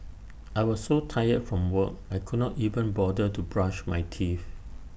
I was so tired from work I could not even bother to brush my teeth